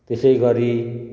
त्यसै गरी